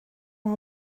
ont